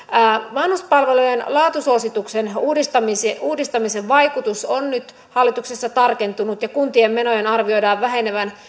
vanhuspalvelujen laatusuosituksen uudistamisen vaikutus on nyt hallituksessa tarkentunut ja kuntien menojen arvioidaan vähenevän